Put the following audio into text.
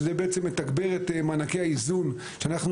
שזה בעצם מתגבר את מענקי האיזון שאנחנו